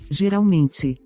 geralmente